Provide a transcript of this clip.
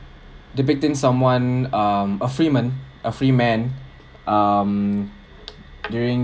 the victim someone um a freeman a freeman um during